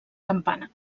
campana